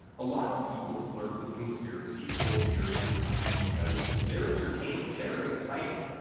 a lot of people flirt with conspiracies for periods of time because they're entertaining, they're exciting.